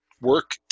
work